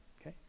Okay